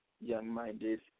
young-minded